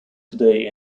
today